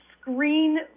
screen